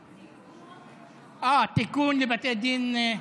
אה, תיקון לבתי דין.